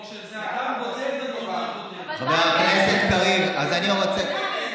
יאללה, תעשה לי טובה.